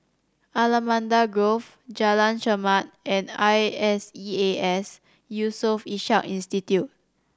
Allamanda Grove Jalan Chermat and I S E A S Yusof Ishak Institute